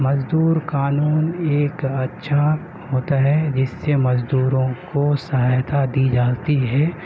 مزدور قانون ایک اچھا ہوتا ہے جس سے مزدوروں کو سہایتا دی جاتی ہے